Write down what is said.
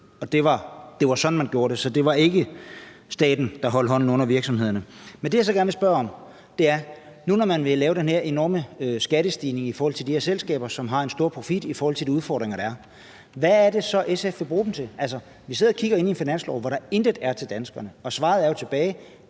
Det var sådan, man gjorde det. Så det var ikke staten, der holdt hånden under virksomhederne. Det, jeg så gerne vil spørge om, er, at når nu man vil lave den her enorme skattestigning i forhold til de her selskaber, som har en stor profit i forhold til de udfordringer, der er, hvad er det så, SF vil bruge dem til? Altså, vi sidder og kigger på en finanslov, hvor der intet er til danskerne, og svaret står jo tilbage: